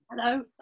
Hello